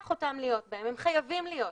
אותם להיות בו הם חייבים להיות שם.